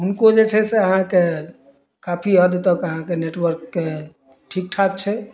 हुनको जे छै से अहाँके काफी हद तक अहाँके नेटवर्कके ठीकठाक छै